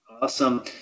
awesome